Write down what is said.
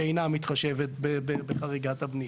שאינה מתחשבת בחריגת הבנייה,